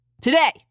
today